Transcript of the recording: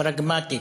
פרגמטית,